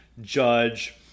judge